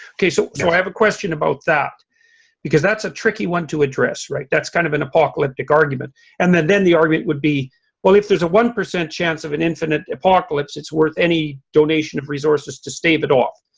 okay so so i have a question about that because that's a tricky one to address right? that's kind of an apocalyptic argument and then then the argument would be well if there's a one percent chance of an infinite apocalypse it's worth any donation of resources to stave it off.